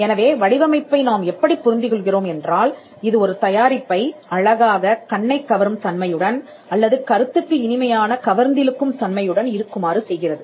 எனவே வடிவமைப்பை நாம் எப்படி புரிந்து கொள்கிறோம் என்றால் இது ஒரு தயாரிப்பை அழகாகக் கண்ணைக் கவரும் தன்மையுடன் அல்லது கருத்துக்கு இனிமையான கவர்ந்திழுக்கும் தன்மையுடன் இருக்குமாறு செய்கிறது